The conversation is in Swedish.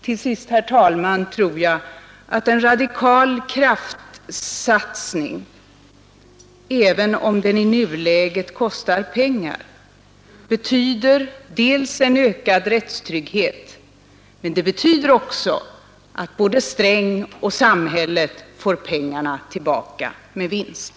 Till sist, herr talman, tror jag att en radikal kraftsatsning, även om den i nuläget kostar pengar, betyder dels en ökad rättstrygghet men dels också att både herr Sträng och samhället får pengarna tillbaka med vinst.